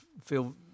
feel